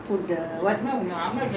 deepavali only very happy